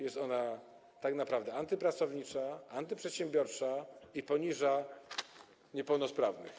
Jest ona tak naprawdę antypracownicza, antyprzedsiębiorcza i poniża niepełnosprawnych.